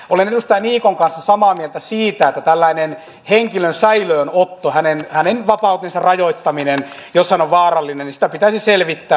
olen edustaja niikon kanssa samaa mieltä siitä että tällaista henkilön säilöönottoa hänen vapautensa rajoittamista jos hän on vaarallinen pitäisi selvittää